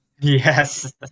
yes